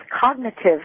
cognitive